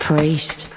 Priest